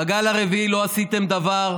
בגל הרביעי לא עשיתם דבר,